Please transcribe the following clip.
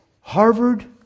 Harvard